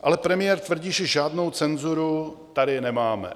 Ale premiér tvrdí, že žádnou cenzuru tady nemáme.